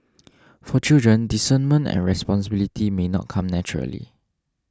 for children discernment and responsibility may not come naturally